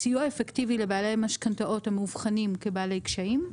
סיוע אפקטיבי לבעלי משכנתאות המאובחנים כבעלי קשיים,